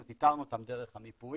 זאת אומרת איתרנו אותם דרך המיפויים,